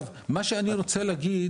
מה שאני רוצה להגיד